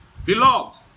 Beloved